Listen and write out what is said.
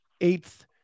eighth